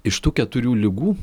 iš tų keturių ligų